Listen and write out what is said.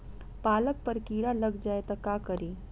पालक पर कीड़ा लग जाए त का करी?